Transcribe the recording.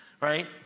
right